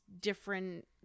different